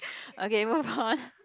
okay move on